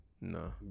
No